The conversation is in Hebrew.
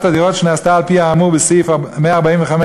הדירות שנעשתה על-פי האמור בסעיף 145(א)(2),